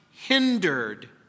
Hindered